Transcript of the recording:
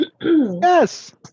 Yes